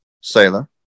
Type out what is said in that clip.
Sailor